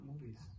movies